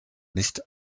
nicht